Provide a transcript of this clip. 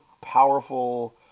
powerful